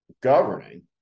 governing